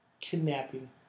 kidnapping